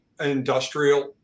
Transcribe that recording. industrial